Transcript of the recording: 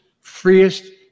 freest